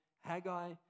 Haggai